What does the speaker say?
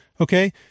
okay